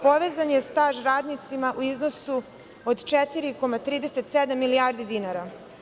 Povezan je staž radnicima u iznosu od 4,37 milijardi dinara.